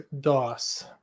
DOS